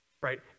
right